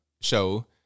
show